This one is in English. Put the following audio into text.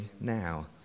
now